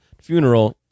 funeral